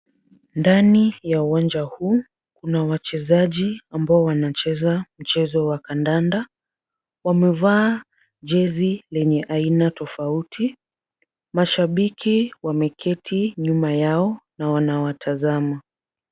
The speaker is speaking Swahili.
Ndani ya uwanja huu kuna wachezaji ambao wanacheza mchezo wa kandanda, wamevaa jezi lenye aina tofauti, mashabiki wameketi nyuma yao na wanawatazama.